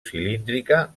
cilíndrica